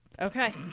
Okay